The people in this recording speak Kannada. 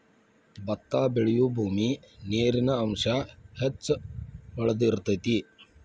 ಬತ್ತಾ ಬೆಳಿಯುಬೂಮಿ ನೇರಿನ ಅಂಶಾ ಹೆಚ್ಚ ಹೊಳದಿರತೆತಿ